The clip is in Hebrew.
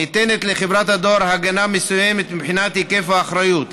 ניתנת לחברת הדואר הגנה מסוימת מבחינת היקף האחריות.